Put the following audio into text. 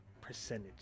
percentage